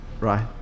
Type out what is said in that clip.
right